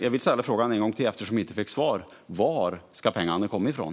Jag ställer frågan en gång till eftersom jag inte fick svar: Var ska pengarna komma från?